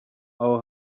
aho